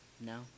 No